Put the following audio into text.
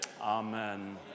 Amen